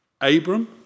Abram